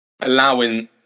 allowing